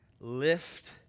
lift